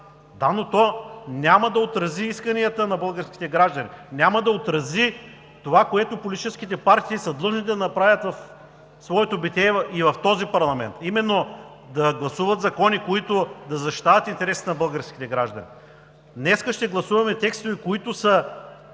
Да, но то няма да отрази исканията на българските граждани! Няма да отрази това, което политическите партии са длъжни да направят в своето битие и в този парламент – именно, да гласуват закони, които да защитават интересите на българските граждани. Днес ще гласуваме текстове, които са